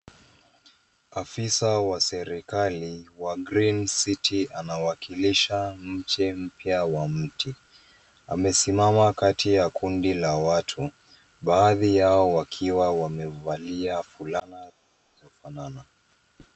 Afisa wa serikali wa green city anawakilisha mche mpya wa mtu. Amesimama kati ya kundi la watu baadhi yao wakiwa wamevalia fulana zinafanana.